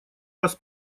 раз